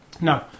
No